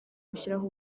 gushyiraho